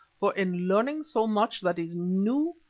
for in learning so much that is new,